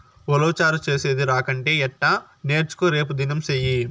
ఉలవచారు చేసేది రాకంటే ఎట్టా నేర్చుకో రేపుదినం సెయ్యి